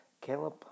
Caleb